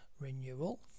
renewal